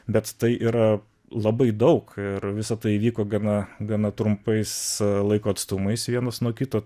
bet tai yra labai daug ir visa tai vyko gana gana trumpais laiko atstumais vienas nuo kito